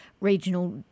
regional